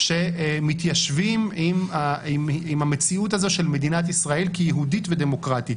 שמתיישבים עם המציאות של מדינת ישראל כיהודית ודמוקרטית.